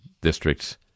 district's